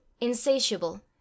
insatiable